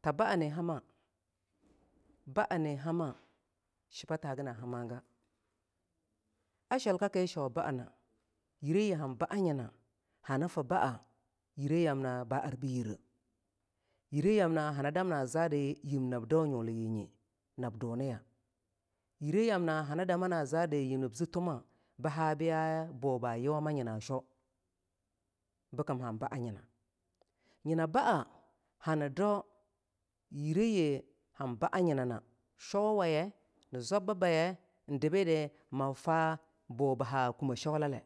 ta baa ni hama baa nii home shibata hagina hamaga a shilkaki shwa baana yiri yi han baa yina na hani fi baa yire yamna hana danina zadi yib nab duniya dama na an yib nab zutumati bii ha ba yuma yina sho bikim han baayina nyina baahani dau yirayi han baayina showawaye, nan zwabba bayeh, mab fa bu ba ha kume sholale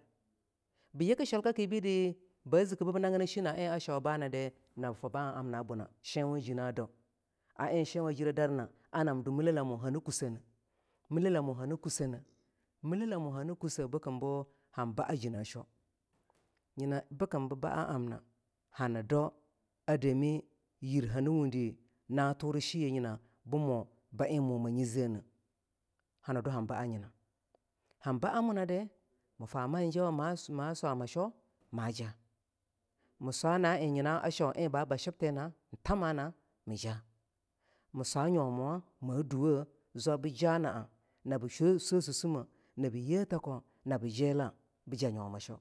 bii yii shilki bazi kii bu bii nagina shina en a shaw shiwun jii na dau a en shiwa jira daura ni na or nam dwa mile lamu hani kusseneh, mile lamu hani kusseh bikinbuhan baa jina sheaw nyina bikin bu baa amna hani dau dami yir hani wundi na turu shiye yana bu mu bii ba en manyi zaneh hani du hani baa yinin. han baa muna da mii fa manjo ma swama sho mu swa na en nyina shwo en ba ba shibti tamana mija mii swa nyo mu wa ma duwo zwab bi yabi ye takon naba jila bija nyoma sho.